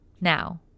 Now